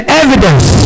evidence